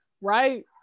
right